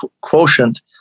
quotient